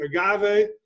agave